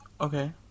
Okay